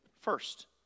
first